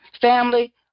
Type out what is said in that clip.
Family